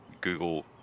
Google